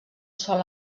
sol